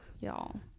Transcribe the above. y'all